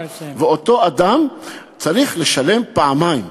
ואותו אדם צריך לשלם פעמיים,